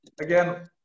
again